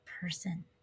person